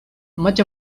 much